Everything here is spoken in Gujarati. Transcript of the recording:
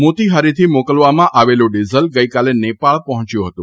મોતીહારીથી મોકલવામાં આવેલું ડિઝલ ગઇકાલે નેપાળ પહોંચ્યું હતું